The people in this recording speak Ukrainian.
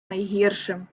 найгіршим